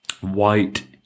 white